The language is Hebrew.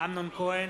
אמנון כהן,